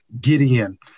Gideon